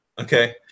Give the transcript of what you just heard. Okay